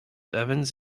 evans